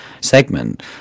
segment